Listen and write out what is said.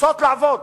שרוצות לעבוד.